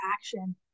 action